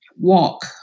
walk